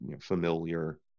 familiar